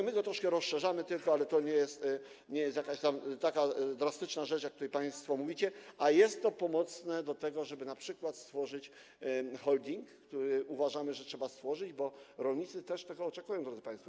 My go tylko troszkę rozszerzamy, ale to nie jest jakaś tam taka drastyczna rzecz, jak tutaj państwo mówicie, a jest to pomocne do tego, żeby np. stworzyć holding, który, jak uważamy, trzeba stworzyć, bo rolnicy też tego oczekują, drodzy państwo.